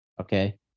okay